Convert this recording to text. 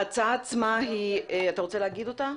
ההצעה היא, אתה רוצה להגיד אותה?